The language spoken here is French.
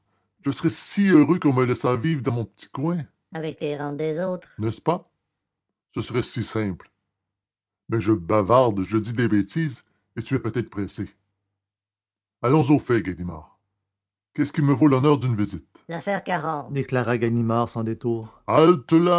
je serais si heureux qu'on me laissât vivre dans mon petit coin avec les rentes des autres n'est-ce pas ce serait si simple mais je bavarde je dis des bêtises et vous êtes peut-être pressé allons au fait ganimard qu'est-ce qui me vaut l'honneur d'une visite l'affaire cahorn déclara ganimard sans détour